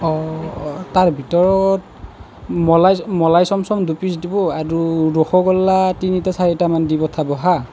তাৰ ভিতৰত মলা মলাই চমচম দুপিছ দিব আৰু ৰসগোল্লা তিনিটা চাৰিটামান দি পঠাব হাঁ